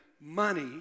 money